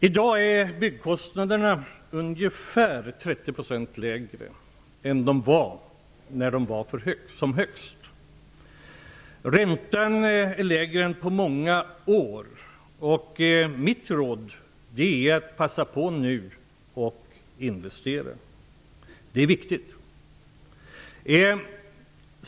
I dag är byggkostnaderna ungefär 30 % lägre än vad de var när de var som högst. Räntan är lägre än på många år. Mitt råd är: Passa på att investera nu! Det är viktigt.